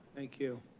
thank you.